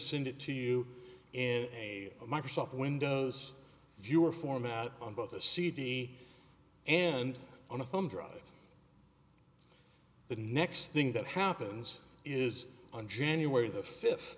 send it to you in a microsoft windows viewer format on both a cd and on a thumb drive the next thing that happens is on january the fifth